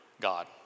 God